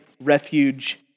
refuge